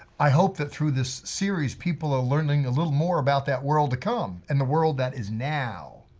i hope that through this series people are learning a little more about that world to come and the world that is now.